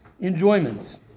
enjoyments